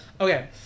Okay